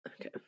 okay